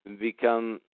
become